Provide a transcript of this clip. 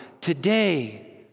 today